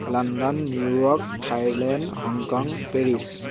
London New York Thailand Hong Kong Paris